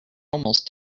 almost